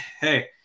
Hey